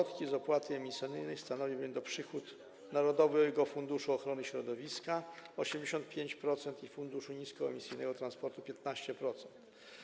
Środki z opłaty emisyjnej będą stanowiły przychód Narodowego Funduszu Ochrony Środowiska - 85% i Funduszu Niskoemisyjnego Transportu - 15%.